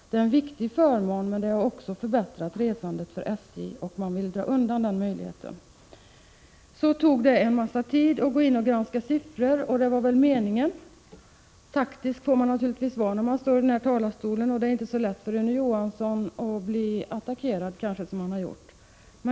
Det är en viktig förmån, men den har också förbättrat resandet för SJ. Men man vill alltså dra undan den möjligheten nu. Det tog en massa tid att granska siffror, men det var väl meningen. Taktisk får man naturligtvis vara när man står här i talarstolen. Det är kanske inte så lätt för Rune Johansson att bli så attackerad som han har blivit.